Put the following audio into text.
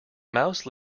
mouse